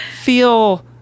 feel